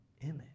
image